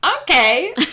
okay